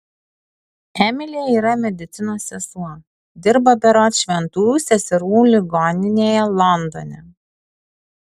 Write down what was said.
emilė yra medicinos sesuo dirba berods šventųjų seserų ligoninėje londone